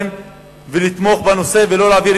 ואני מקווה,